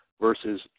versus